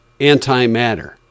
antimatter